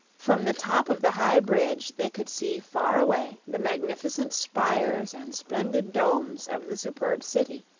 from the top of the high bridge they could see far away the magnificent spires and splendid domes of the superb city,